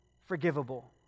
forgivable